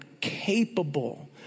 capable